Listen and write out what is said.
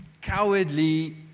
cowardly